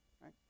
right